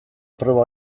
proba